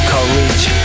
Courage